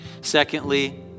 secondly